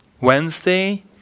Wednesday